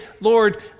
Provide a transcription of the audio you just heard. Lord